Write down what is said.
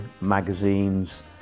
magazines